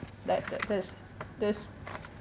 that that that is this